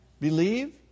Believe